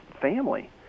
family